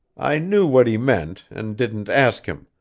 i knew what he meant, and didn't ask him,